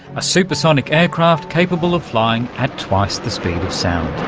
a supersonic aircraft capable of flying at twice the speed of sound.